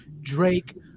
Drake